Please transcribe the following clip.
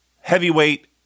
heavyweight